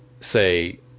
say